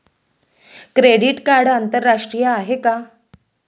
Credit card आंतरराष्ट्रीय आहे का?